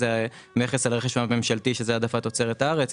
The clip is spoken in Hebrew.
נכס על רכש ממשלתי שזה העדפת תוצרת הארץ,